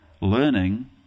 learning